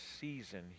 season